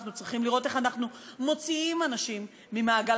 אנחנו צריכים לראות איך אנחנו מוציאים אנשים ממעגל